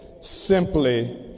simply